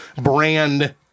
brand